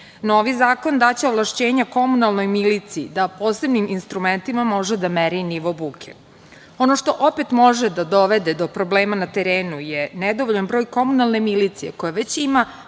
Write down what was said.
Novi zakon daće ovlašćenja komunalnoj miliciji da posebnim instrumentima može da meri nivo buke. Ono što opet može da dovede do problema na terenu je nedovoljan broj komunalne milicije koja već ima